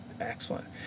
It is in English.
excellent